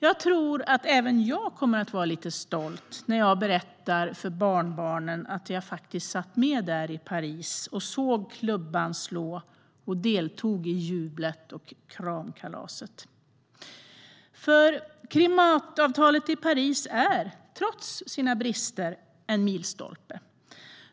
Jag tror att även jag kommer att vara lite stolt när jag berättar för barnbarnen att jag faktiskt satt med där i Paris och såg klubban slå och deltog i jublet och kramkalaset. Klimatavtalet i Paris är, trots sina brister, en milstolpe.